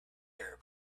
air